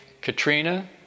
katrina